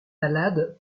malade